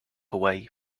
away